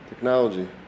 Technology